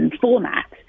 Format